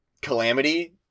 Calamity